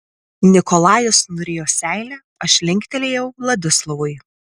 nikolajus nurijo seilę aš linktelėjau vladislovui